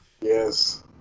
Yes